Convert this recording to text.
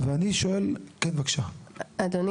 אדוני